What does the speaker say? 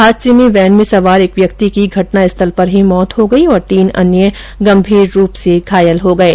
हादसे में वेन में सवार एक व्यक्ति की घटना स्थल पर ही मौत हो गई और तीन अन्य गंभीर रूप से घायल हो गये